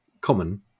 common